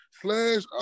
slash